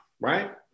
right